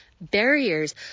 barriers